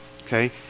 okay